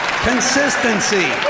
Consistency